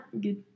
good